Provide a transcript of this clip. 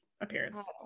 appearance